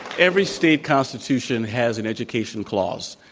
every state constitution has an education clause.